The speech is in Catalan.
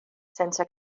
sense